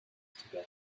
together